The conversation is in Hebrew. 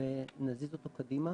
ונזיז את זה קדימה.